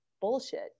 bullshit